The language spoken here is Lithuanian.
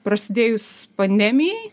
prasidėjus pandemijai